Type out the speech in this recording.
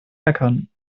meckern